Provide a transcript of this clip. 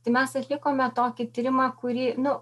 tai mes atlikome tokį tyrimą kurį nu